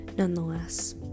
nonetheless